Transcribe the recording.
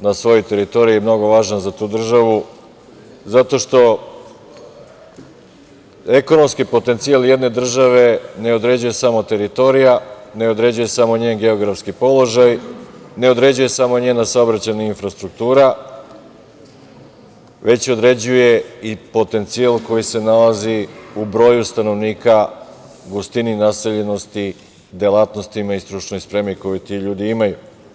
na svojoj teritoriji mnogo važan za tu državu zato što ekonomski potencijal jedne države ne određuje samo teritorija, ne određuje samo njen geografski položaj, ne određuje samo njena saobraćajna infrastruktura, već određuje i potencijal koji se nalazi u broju stanovnika, gustini naseljenosti, delatnostima i stručnoj spremi koju ti ljudi imaju.